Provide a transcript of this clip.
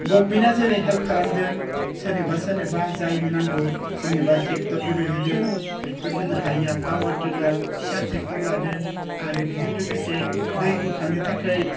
गभमेन्टआ जेरै हेल्प खालामदों सोरनोबा सोरनोबा जायनो नांगौ सोरनोबा ट्रेक्टर गिदिर होदों ट्रेक्टर गिदिर हायैया पावार टिलार फिसा ट्रेक्टर लादों आरो बेजों लोगोसे दै बोखांनो थाखाय